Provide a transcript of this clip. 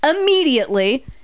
immediately